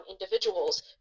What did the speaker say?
individuals